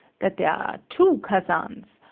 that there are two kazans,